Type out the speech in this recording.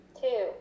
Two